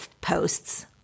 posts